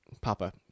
papa